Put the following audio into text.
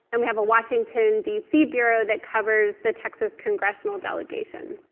and we have a washington, d c. bureau that covers the texas congressional delegation.